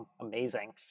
Amazing